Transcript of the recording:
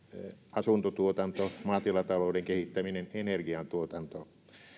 asuntotuotanto maatilatalouden kehittäminen energiantuotanto